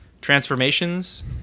transformations